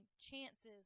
Chance's